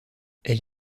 elle